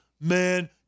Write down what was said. man